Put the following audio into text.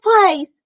Place